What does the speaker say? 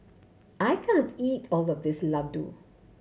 I can't eat all of this laddu